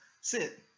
Sit